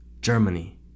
Germany